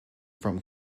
from